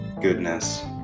goodness